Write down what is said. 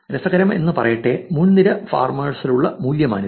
രസകരമെന്നു പറയട്ടെ മുൻനിര ഫാർമേഴ്സ്ക്കുള്ള മൂല്യമാണിത്